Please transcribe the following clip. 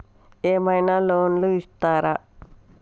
ఏమైనా లోన్లు ఇత్తరా?